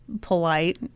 polite